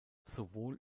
sowohl